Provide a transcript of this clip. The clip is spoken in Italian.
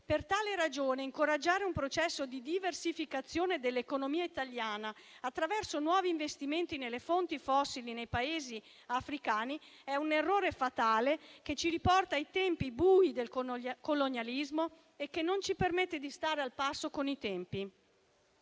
Per tale ragione, incoraggiare un processo di diversificazione dell'economia italiana attraverso nuovi investimenti nelle fonti fossili nei Paesi africani è un errore fatale, che ci riporta ai tempi bui del colonialismo e non ci permette di stare al passo con i tempi.